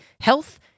health